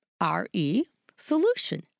R-E-solution